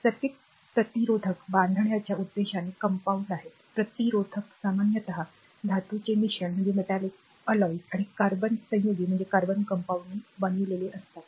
circuit प्रतिरोधक बांधण्याच्या उद्देशाने कंपाऊंड आहेत प्रतिरोधक सामान्यत धातू धातूंचे मिश्रण आणि कार्बन संयुगे बनलेले असतात